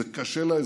זה קשה לאזרחים,